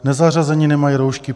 Nezařazení nemají roušky.